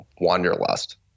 wanderlust